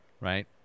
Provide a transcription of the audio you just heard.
Right